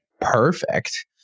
perfect